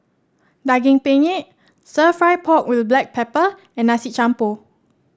Daging Penyet stir fry pork with Black Pepper and Nasi Campur